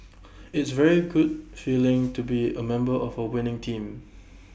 it's very good feeling to be A member of A winning team